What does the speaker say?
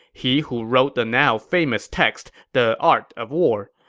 he who wrote the now famous text the art of war.